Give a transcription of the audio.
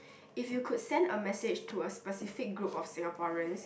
if you could send a message to a specific group of Singaporeans